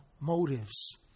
motives